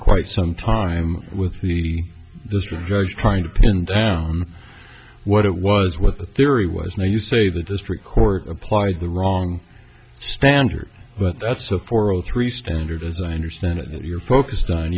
quite some time with the district judge trying to pin down what it was what the theory was now you say the district court applied the wrong standard but that's so for zero three standard as i understand it you're focused on